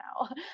now